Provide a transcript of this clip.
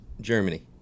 Germany